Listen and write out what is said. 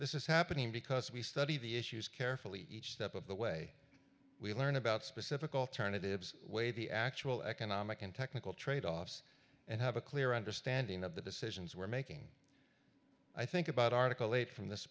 this is happening because we study the issues carefully each step of the way we learn about specific alternatives weigh the actual economic and technical tradeoffs and have a clear understanding of the decisions we're making i think about article eight from th